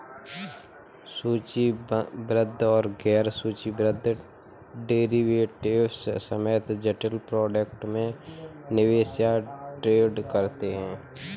सूचीबद्ध व गैर सूचीबद्ध डेरिवेटिव्स समेत जटिल प्रोडक्ट में निवेश या ट्रेड करते हैं